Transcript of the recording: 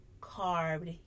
carved